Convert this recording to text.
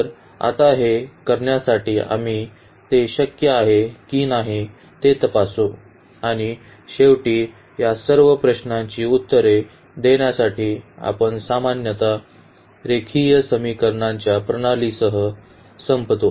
तर आता हे करण्यासाठी आम्ही ते शक्य आहे की नाही ते तपासू आणि शेवटी या सर्व प्रश्नांची उत्तरे देण्यासाठी आपण सामान्यत रेखीय समीकरणांच्या प्रणालीसह संपतो